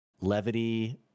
levity